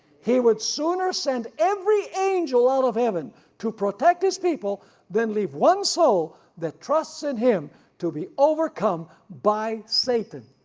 he would sooner send every angel out of heaven to protect his people than leave one soul that trusts in him to be overcome by satan.